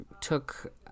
took